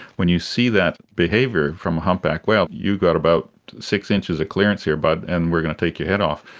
when you see that behaviour from a humpback whale you've got about six inches of clearance here but and we're going to take your head off.